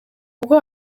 kuko